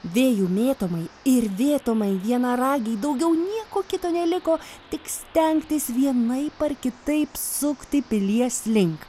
vėjų mėtomai ir vėtomai vienaragei daugiau nieko kito neliko tik stengtis vienaip ar kitaip sukti pilies link